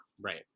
right